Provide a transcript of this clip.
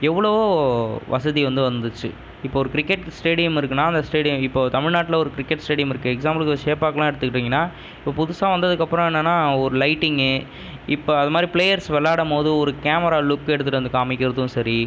எவ்வளோவோ வசதி வந்து வந்துருச்சு இப்போ ஒரு கிரிக்கெட் ஸ்டேடியம் இருக்குதுனா அந்த ஸ்டேடியம் இப்போது தமிழ்நாட்டில் ஒரு கிரிக்கெட் ஸ்டேடியம் இருக்குது எக்ஸாம்புளுக்கு சேப்பாக்கலாம் எடுத்துக்கிட்டீங்கனா இப்போ புதுசாக வந்ததுக்கு அப்புறம் என்னென்னா ஒரு லைட்டிங்கு இப்போ அது மாதிரி பிளேயர்ஸ் விளாடும் போது ஒரு கேமரா லுக் எடுத்துகிட்டு வந்து காமிக்கிறதும் சரி